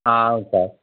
అవును సార్